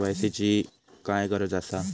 KYC ची काय गरज आसा?